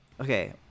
Okay